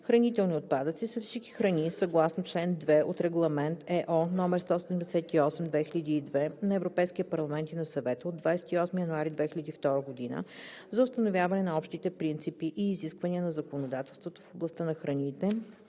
„Хранителни отпадъци“ са всички храни съгласно чл. 2 от Регламент (ЕО) № 178/2002 на Европейския парламент и на Съвета от 28 януари 2002 г. за установяване на общите принципи и изисквания на законодателството в областта на храните,